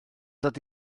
dod